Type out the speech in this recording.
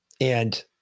and-